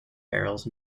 barrels